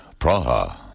Praha. (